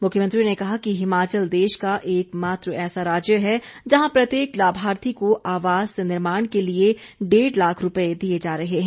मुख्यमंत्री ने कहा कि हिमाचल देश का एक मात्र ऐसा राज्य है जहां प्रत्येक लाभार्थी को आवास निर्माण के लिए डेढ़ लाख रूपए दिए जा रहे हैं